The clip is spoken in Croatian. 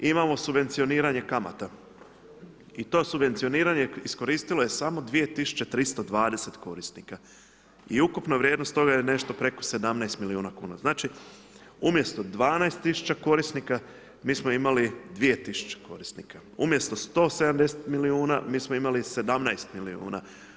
Imamo subvencioniranje kamata i to subvencioniranje iskoristilo je samo 2 320 korisnika i ukupna vrijednost toga je nešto preko 17 milijuna kuna. znači umjesto 12 000 korisnika, mi smo imali 2000 korisnika, umjesto 170 milijuna mi smo imali 17 milijuna.